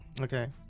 okay